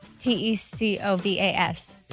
T-E-C-O-V-A-S